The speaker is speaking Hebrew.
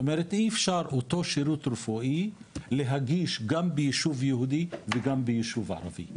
אי אפשר להגיש את אותו שירות רפואי גם ביישוב יהודי וגם ביישוב ערבי,